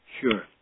Sure